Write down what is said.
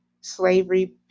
slavery